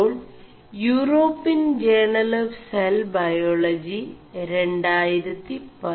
et al European journal of cell biology 2011 Sen